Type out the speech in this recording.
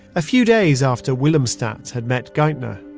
a few days after willemstad had met geithner,